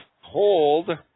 hold